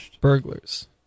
burglars